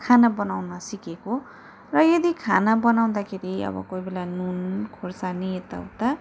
खाना बनाउन सिकेको र यदि खाना बनाउँदाखेरि अब कोही बेला नुन खोर्सानी यताउता